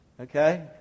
Okay